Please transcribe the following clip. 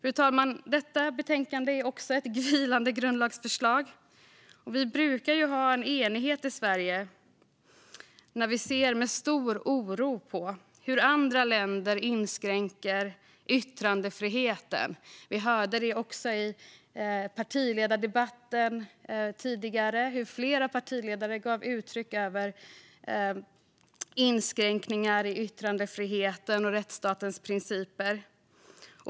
Fru talman! Detta betänkande är också ett vilande grundlagsförslag. Vi brukar ha en enighet i Sverige om att vi ser med stor oro på hur andra länder inskränker yttrandefriheten. Vi hörde också i partiledardebatten tidigare hur flera partiledare gav uttryck för oro över inskränkningar i yttrandefriheten och rättsstatens principer.